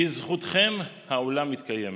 בזכותכם העולם מתקיים.